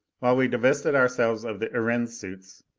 while we divested ourselves of the erentz suits,